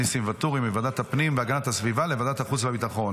מוועדת הפנים והגנת הסביבה לוועדת החוץ והביטחון